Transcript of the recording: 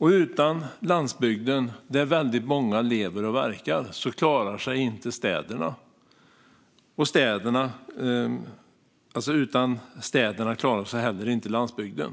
Utan landsbygden, där väldigt många lever och verkar, klarar sig inte städerna. Och utan städerna klarar sig heller inte landsbygden.